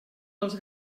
pels